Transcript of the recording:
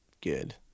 good